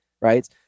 right